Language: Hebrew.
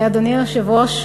אדוני היושב-ראש,